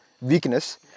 weakness